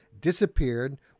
disappeared